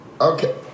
Okay